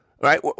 Right